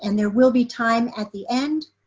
and there will be time at the end